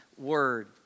word